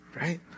right